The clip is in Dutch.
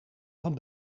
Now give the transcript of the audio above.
van